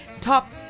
top